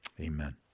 Amen